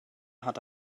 hat